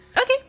Okay